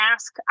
ask